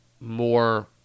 more